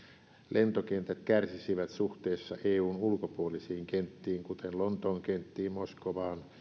lentokentät kärsisivät suhteessa eun ulkopuolisiin kenttiin kuten lontoon kenttiin moskovaan